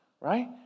right